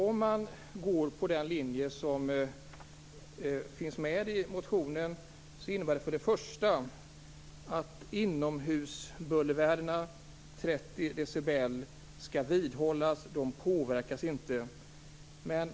Om man går på den linje som finns i motionen innebär det att inomhusbullervärdena 30 dB skall vidhållas. De påverkas alltså inte.